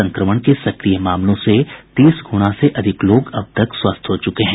संक्रमण के सक्रिय मामलों से तीस गुणा से अधिक लोग अब तक स्वस्थ हो चुके हैं